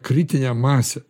kritinę masę